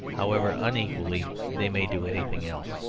however unequally they may do anything else.